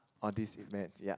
all these events ya